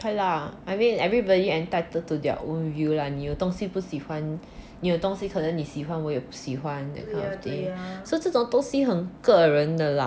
okay lah I mean everybody entitled to their own view lah 你有东西东西可能你喜欢有的东西你不喜欢喜欢 so 这种东西很个人的 lah I guess